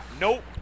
nope